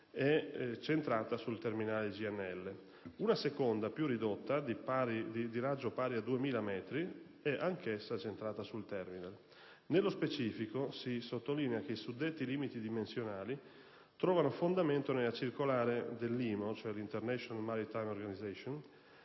è centrata sul terminale GNL; una seconda, più ridotta, di raggio pari a 2000 metri, è anch'essa centrata sul terminale. Nello specifico, si sottolinea che i suddetti limiti dimensionali trovano fondamento nella circolare dell'IMO (International Maritime Organization)